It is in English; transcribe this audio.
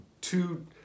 two